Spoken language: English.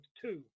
two